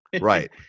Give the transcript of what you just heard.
Right